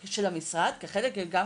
התפקיד של המשרד לאיכות הסביבה,